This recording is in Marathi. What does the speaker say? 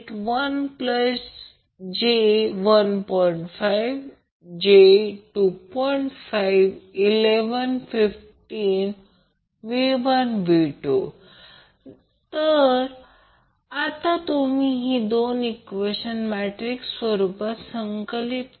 5 11 15V1 V2 तर आता तुम्ही ही दोन ईक्वेशन मॅट्रिक्स रुपात संकलित केली